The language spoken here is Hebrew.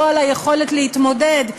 לא על היכולת להתמודד.